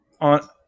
on